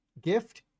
gift